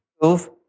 prove